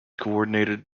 coordinated